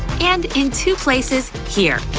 and in two places here.